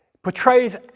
portrays